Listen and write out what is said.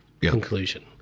conclusion